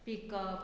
pickup